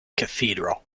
cathedral